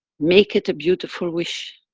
make it a beautiful wish.